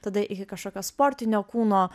tada iki kažkokio sportinio kūno